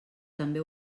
també